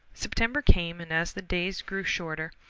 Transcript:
september came, and as the days grew shorter,